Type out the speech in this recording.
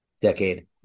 decade